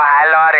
Hello